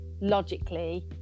logically